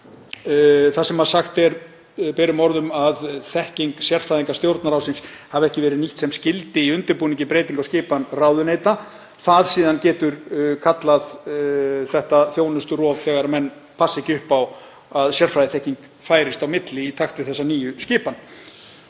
og sagt er berum orðum að þekking sérfræðinga Stjórnarráðsins hafi ekki verið nýtt sem skyldi í undirbúningi breytinga á skipan ráðuneyta. Það getur síðan kallað á þjónusturof þegar menn passa ekki upp á að sérfræðiþekking færist á milli í takt við þessa nýju skipan.